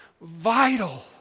vital